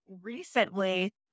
recently